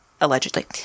allegedly